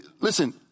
Listen